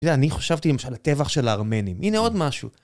אני חשבתי למשל על הטבח של הארמנים, הנה עוד משהו.